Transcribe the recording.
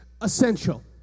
essential